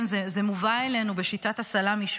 זה מובא אלינו בשיטת הסלאמי,